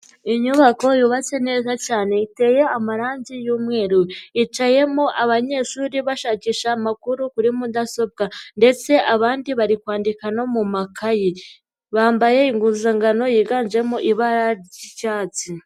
Inyubako yubatse neza cyane iteye amarangi y'umweru yicayemo abanyeshuri bashakisha amakuru kuri mudasobwa ndetse abandi bari kwandika no mu makaye bambaye impuzankano yiganjemo ibara ry'icyatsi.